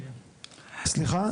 סליחה?